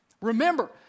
Remember